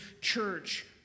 church